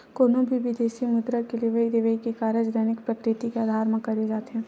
कोनो भी बिदेसी मुद्रा के लेवई देवई के कारज दैनिक प्रकृति के अधार म करे जाथे